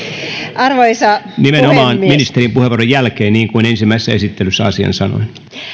nimenomaan ministerin puheenvuoron jälkeen niin kuin ensimmäisessä esittelyssä asian sanoin